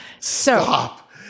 Stop